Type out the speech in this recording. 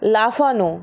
লাফানো